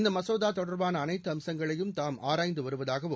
இந்த மசோதா தொடர்பான அனைத்து அம்சங்களையும் தாம் ஆராய்ந்து வருவதாகவும்